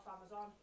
Amazon